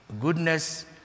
goodness